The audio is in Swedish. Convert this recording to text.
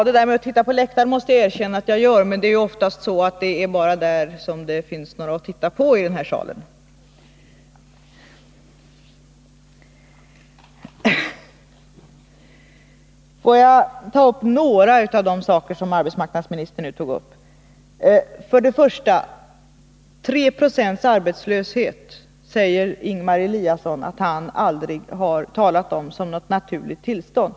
Herr talman! Jag får erkänna att jag faktiskt tittar upp på läktaren, men det är oftast bara där som det i denna sal finns några att titta på. Får jag ta upp några av de saker som arbetsmarknadsministern nu berörde. Ingemar Eliasson sade att han aldrig har talat om 3 96 arbetslöshet som något naturligt tillstånd.